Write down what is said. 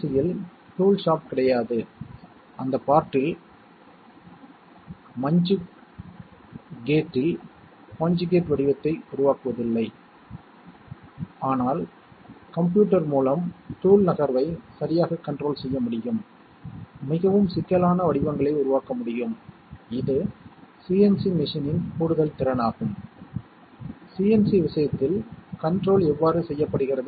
A XOR B என்பது மற்றொரு தொடர்பைக் கொடுக்கிறது அது A அல்லது B ஆனது 1 ஆக இருந்தால் ஆனால் இரண்டும் 1 ஆக இல்லை என்றால் முடிவு 1 என்று கூறுகிறது எனவே அவை இரண்டும் 1 ஆக இருந்தாலும் அது 1 ஐத் தராது இது எக்ஸ்குளுசிவ் OR என்று அழைக்கப்படுகிறது